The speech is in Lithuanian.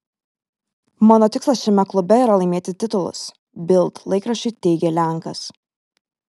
mano tikslas šiame klube yra laimėti titulus bild laikraščiui teigė lenkas